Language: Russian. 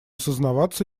сознаваться